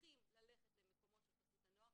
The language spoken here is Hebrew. שצריכים ללכת למקומות של חסות הנוער